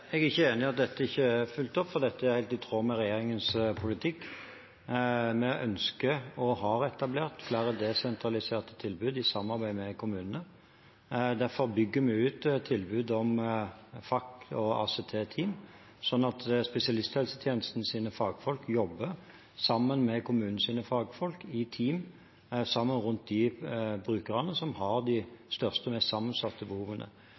Jeg er ikke enig i at dette ikke er fulgt opp, for dette er helt i tråd med regjeringens politikk. Vi ønsker og har etablert flere desentraliserte tilbud i samarbeid med kommunene. Derfor bygger vi ut tilbud om FACT- og ACT-team, slik at spesialisthelsetjenestens fagfolk jobber sammen med kommunens fagfolk i team rundt de brukerne som har de største og mest sammensatte behovene.